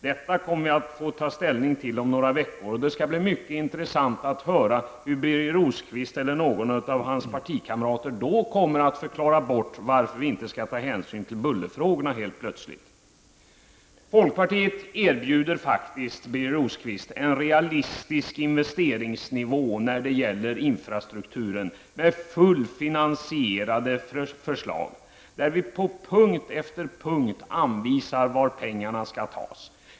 Detta kommer vi att få ta ställning till om några veckor, och det skall bli mycket intressant att höra hur Birger Rosqvist eller någon av hans partikamrater då helt plötsligt kommer att förklara bort behovet av att ta hänsyn till bullerfrågorna. Folkpartiet erbjuder faktiskt, Birger Rosqvist, en realistisk investeringsnivå för infrastrukturen, med fullt finansierade förslag, där vi på punkt efter punkt anvisar var pengarna skall tas.